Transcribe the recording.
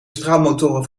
straalmotoren